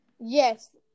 Yes